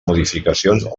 modificacions